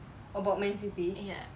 about man city